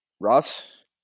ross